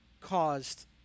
caused